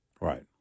Right